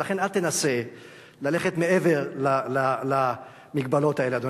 ולכן אל תנסה ללכת מעבר למגבלות האלה,